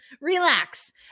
relax